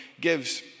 gives